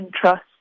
trust